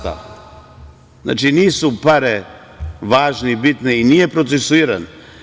Znači, nisu pare važne i bitne, i nije procesuiran.